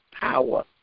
power